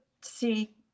see